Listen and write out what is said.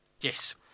yes